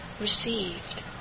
received